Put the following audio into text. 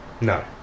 No